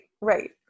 right